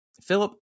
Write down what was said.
Philip